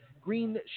Green